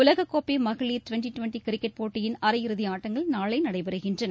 உலகக்கோப்பை மகளிர் twenty twenty cricket போட்டியின் அரை இறுதி ஆட்டங்கள் நாளை நடைபெறுகின்றன